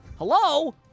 hello